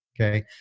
okay